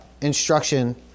instruction